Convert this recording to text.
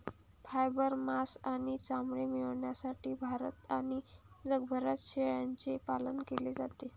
fibre, मांस आणि चामडे मिळविण्यासाठी भारतात आणि जगभरात शेळ्यांचे पालन केले जाते